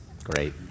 Great